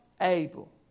able